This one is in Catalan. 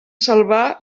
salvar